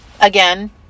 again